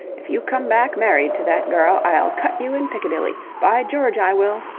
if you come back married to that girl, i'll cut you in piccadilly. by george, i will!